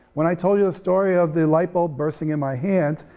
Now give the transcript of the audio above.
when i told you the story of the light bulb bursting in my hands,